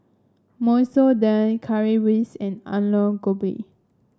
Masoor Dal Currywurst and Alu Gobi